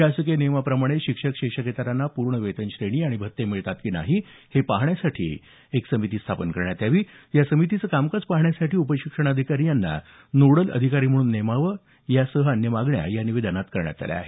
शासकीय नियमाप्रमाणे शिक्षक शिक्षकेतरांना पूर्ण वेतनश्रेणी आणि भत्ते मिळतात की नाही हे पाहण्यासाठी शिक्षणाधिकारी यांच्या अध्यक्षतेखाली एक समिती स्थापन करण्यात यावी या समितीचे कामकाज पाहण्यासाठी उपशिक्षणाधिकारी यांना नोडल अधिकारी म्हणून नेमावे यासह अन्य मागण्या या निवेदनात करण्यात आल्या आहेत